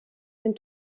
den